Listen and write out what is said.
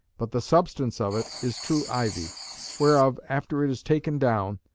but the substance of it is true ivy whereof, after it is taken down,